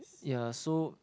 ya so